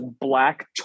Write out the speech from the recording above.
black